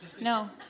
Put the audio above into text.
No